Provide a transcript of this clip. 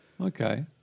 okay